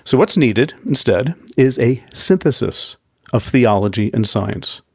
so what's needed, instead, is a synthesis of theology and science,